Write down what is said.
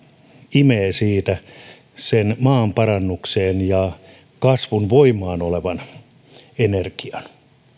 imee maanparannukseen ja kasvun voimaan olevan energian